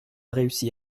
réussi